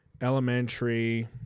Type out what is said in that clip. elementary